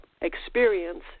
experience